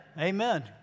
Amen